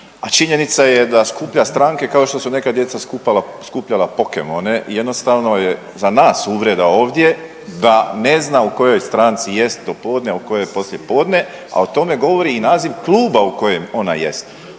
a činjenica je da skuplja stranke kao što su neka djeca skupljala Pokemone i jednostavno je za nas uvreda ovdje da ne zna u kojoj stranci jest do podne, a u kojoj je poslijepodne, a o tome govori i naziv kluba u kojem ona jest.